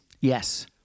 Yes